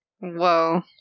Whoa